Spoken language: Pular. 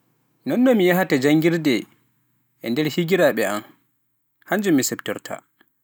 Non no mi yahata janngirde, e nder higiraaɓe am, hannjum mi siftorta.